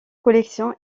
collections